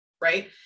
Right